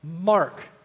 Mark